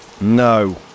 No